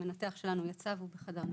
המנתח שלנו יצא והוא בחדר ניתוח.